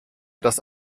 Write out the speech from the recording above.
das